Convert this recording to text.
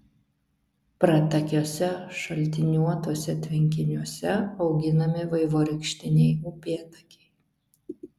pratakiuose šaltiniuotuose tvenkiniuose auginami vaivorykštiniai upėtakiai